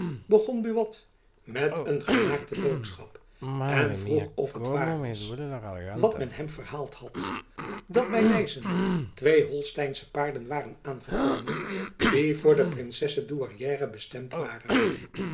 begon buat met een gemaakte boodschap en vroeg of het waar was wat men hem verhaald had dat by nyssen twee holsteinsche paarden waren aangekomen die voor de princesse douairière bestemd waren